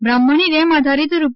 બ્રાહ્મણી dam આધારિત રૂ